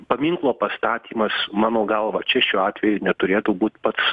paminklo pastatymas mano galva čia šiuo atveju neturėtų būt pats